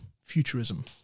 futurism